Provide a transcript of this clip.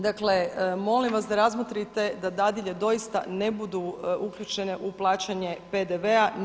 Dakle, molim vas da razmotrite da dadilje doista ne budu uključene u plaćanje PDV-a.